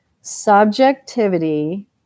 Subjectivity